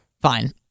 fine